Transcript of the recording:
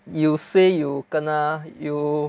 you say you kena you